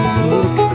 look